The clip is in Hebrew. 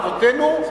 אבותינו,